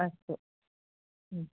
अस्तु